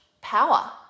power